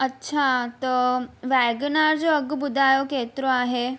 अच्छा त वेगानार जो अघि ॿुधायो केतिरो आहे